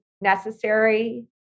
Necessary